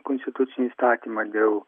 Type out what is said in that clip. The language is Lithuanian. konstitucinį įstatymą dėl